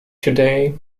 today